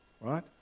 Right